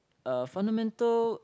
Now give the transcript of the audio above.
uh fundamental